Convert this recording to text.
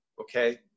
okay